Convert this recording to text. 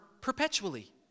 perpetually